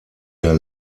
der